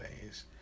days